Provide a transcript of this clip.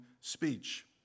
speech